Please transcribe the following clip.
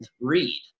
read